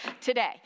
today